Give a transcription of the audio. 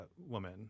woman